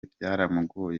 byaramugoye